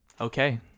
Okay